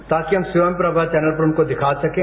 ताकि हम स्वयंप्रभा चैनल पर उसे दिखा सकें